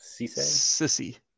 Sissy